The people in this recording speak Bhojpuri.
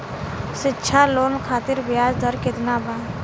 शिक्षा लोन खातिर ब्याज दर केतना बा?